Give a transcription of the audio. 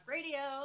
Radio